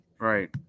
Right